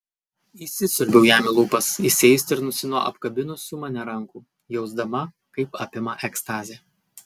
įsisiurbiau jam į lūpas įsiaistrinusi nuo apkabinusių mane rankų jausdama kaip apima ekstazė